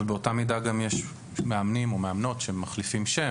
ובאותה המידה יש מאמנים ומאמנות שמחליפים שם